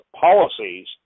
policies